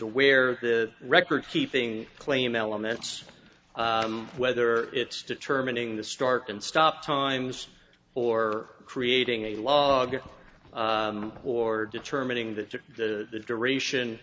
aware of the record keeping claim aliments whether it's determining the start and stop times or creating a log or determining that to the duration